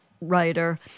writer